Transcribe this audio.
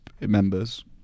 members